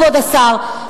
כבוד השר,